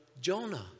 Jonah